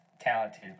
talented